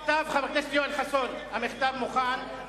המכתב, חבר הכנסת יואל חסון, המכתב מוכן.